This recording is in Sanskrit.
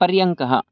पर्यङ्कः